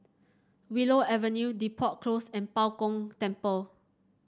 Willow Avenue Depot Close and Bao Gong Temple